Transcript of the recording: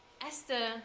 Esther